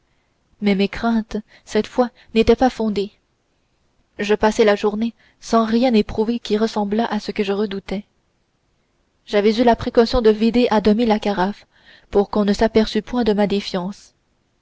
mais mes craintes cette fois n'étaient pas fondées je passai la journée sans rien éprouver qui ressemblât à ce que je redoutais j'avais eu la précaution de vider à demi la carafe pour qu'on ne s'aperçût point de ma défiance